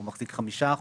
הוא מחזיק 5%?